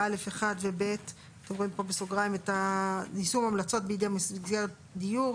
(א)(1) ו-(ב) (יישום המלצות בידי מסגרת דיור,